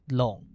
long